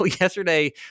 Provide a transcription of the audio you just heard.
yesterday